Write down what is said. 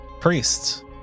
priests